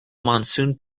monsoon